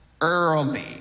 early